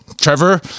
trevor